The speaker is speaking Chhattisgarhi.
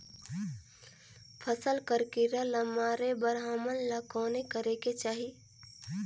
फसल कर कीरा ला मारे बर हमन ला कौन करेके चाही?